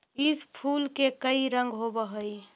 इस फूल के कई रंग होव हई